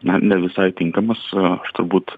na ne visai tinkamas aš turbūt